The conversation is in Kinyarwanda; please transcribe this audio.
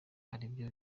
aribyo